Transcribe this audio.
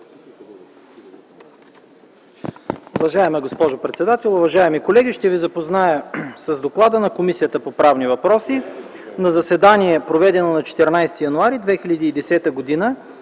Уважаема госпожо председател, уважаеми колеги! Ще ви запозная с: „ДОКЛАД на Комисията по правни въпроси На заседание, проведено на 14.01.2010 г.,